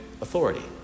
authority